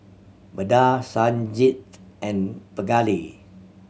Vedre Sanjeev and Pingali